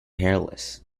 hairless